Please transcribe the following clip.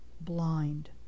blind